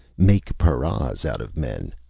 make paras out of men.